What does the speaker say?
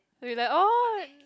we like oh